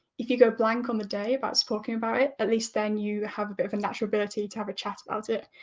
if you go blank on the day so talking about it, at least then you have a bit of a natural ability to have a chat about it,